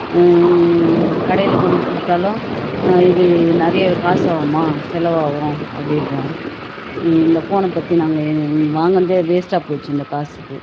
கடையில் கொண்டு கொடுத்தாலும் இது நிறையா காசு ஆகும்மா செலவாகும் அப்படின்றான் இந்த ஃபோனை பற்றி நாங்கள் வாங்கினதே வேஸ்ட்டாக போச்சு இந்த காசுக்கு